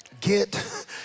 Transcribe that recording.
get